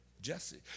Jesse